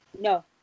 No